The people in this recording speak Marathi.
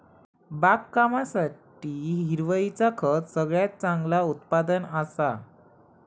बागकामासाठी हिरवळीचा खत सगळ्यात चांगला उत्पादन असा